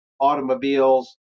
automobiles